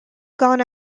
gone